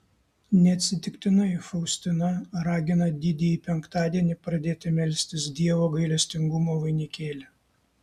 neatsitiktinai faustina ragina didįjį penktadienį pradėti melstis dievo gailestingumo vainikėlį